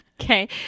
Okay